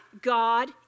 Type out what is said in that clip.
God